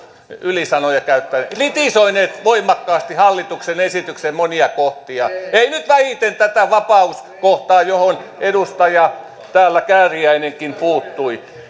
ylisanoja käyttää kritisoineet voimakkaasti hallituksen esityksen monia kohtia eivät nyt vähiten tätä vapauskohtaa johon edustaja kääriäinenkin täällä puuttui